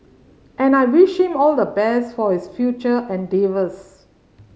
and I wish him all the best for his future endeavours